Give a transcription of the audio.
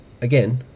Again